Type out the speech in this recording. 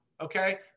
Okay